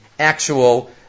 actual